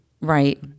Right